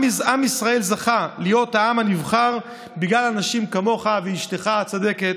עם ישראל זכה להיות העם הנבחר בגלל אנשים כמוך ואשתך הצדקת.